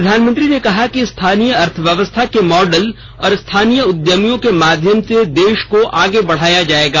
प्रधानमंत्री ने कहा कि स्थानीय अर्थव्यवस्था के मॉडल और स्थानीय उद्यमियों के माध्यम से देश को आगे बढ़ाया जाएगा